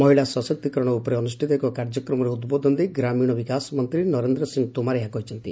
ମହିଳା ସଶକ୍ତିକରଣ ଉପରେ ଅନୁଷ୍ଟିତ ଏକ କାର୍ଯ୍ୟକ୍ରମରେ ଉଦ୍ବୋଧନ ଦେଇ ଗ୍ରାମୀଣ ବିକାଶ ମନ୍ତୀ ନରେନ୍ଦ ସିଂ ତୋମାର ଏହା କହିଛନ୍ତି